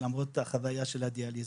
למרות החוויה של הדיאליזה.